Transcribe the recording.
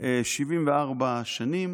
74 שנים